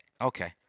Okay